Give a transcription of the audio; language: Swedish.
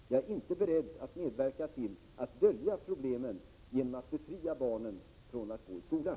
Jag är inte beredd att medverka till att dölja problemen genom att befria barnen från att gå i skolan.